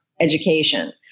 education